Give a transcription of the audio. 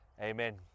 amen